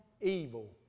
evil